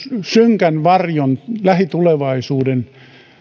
synkän varjon lähitulevaisuuden